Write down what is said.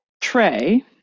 tray